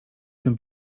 tym